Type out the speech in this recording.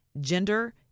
gender